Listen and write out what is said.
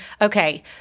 okay